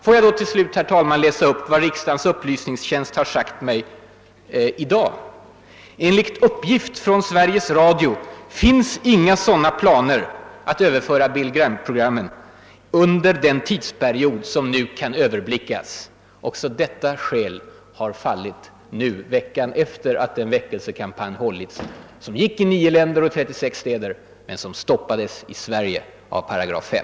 Låt mig då till sist, herr talman, läsa upp vad riksdagens upplysningstjänst sagt mig i dag: Enligt uppgift från Sveriges Radio finns inga planer att överföra Billy Graham-programmen under den tidsperiod som nu kan överblickas! Också detta påstående har alltså fallit sönder veckan efter att en väckelsekampanj hållits som gick i nio länder och 36 städer men som i Sverige stoppades av § 5.